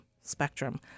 spectrum